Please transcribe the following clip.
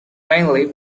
mainly